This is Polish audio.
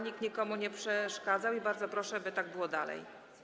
Nikt nikomu nie przeszkadzał i bardzo proszę, by tak było dalej.